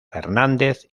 fernández